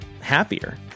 happier